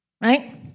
Right